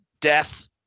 death